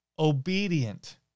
obedient